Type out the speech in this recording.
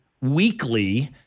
weekly